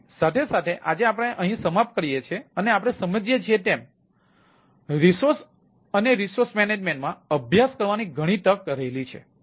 તેથી સાથે સાથે આજે આપણે સમાપ્ત કરીએ છીએ અને આપણે સમજીએ છીએ તેમ સંશોધન અને સંસાધન વ્યવસ્થાપન માં અભ્યાસ કરવાની ઘણી તક રહેલી છે